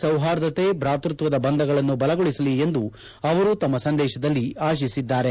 ಸೌಹಾರ್ದತೆ ಭ್ರಾತೃತ್ವದ ಬಂಧಗಳನ್ನು ಬಲಗೊಳಿಸಲಿ ಎಂದು ಅವರು ತಮ್ಮ ಸಂದೇಶದಲ್ಲಿ ಆಶಿಸಿದ್ದಾರೆ